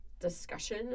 Discussion